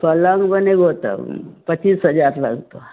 पलङ्ग बनेबौ तब पचीस हजार लगतौ